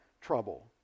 trouble